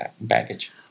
baggage